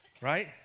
right